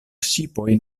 ŝipoj